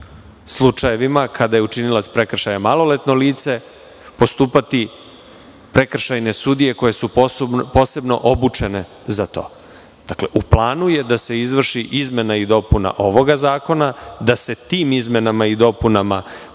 kada je učinilac prekršaja maloletno lice postupati prekršajne sudije koje su posebno obučene za to. U planu je da se izvrši izmena i dopuna ovog zakona, da se tim izmenama i dopunama